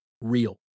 real